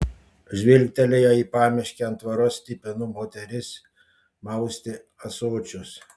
žvilgtelėjo į pamiškę ant tvoros stipinų moteris maustė ąsočius